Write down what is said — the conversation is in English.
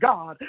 God